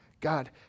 God